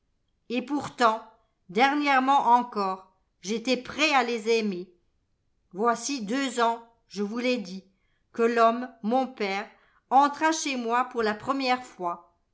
et pourtant dernièrement encore j'étais prêt à les aimer voici deux ans je vous l'ai dit que l'homme mon père entra chez moi pour la première fois